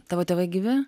tavo tėvai gyvi